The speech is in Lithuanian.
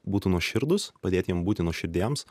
būtų nuoširdūs padėti jums būti nuoširdiems